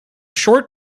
short